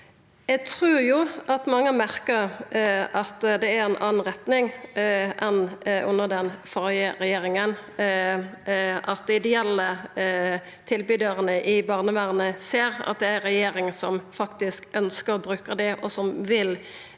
Eg trur mange merkar at det er ei anna retning enn under den førre regjeringa, at dei ideelle tilbydarane i barnevernet ser at det er ei regjering som faktisk ønskjer å bruka dei, og som vil